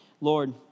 Lord